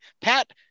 pat